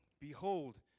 Behold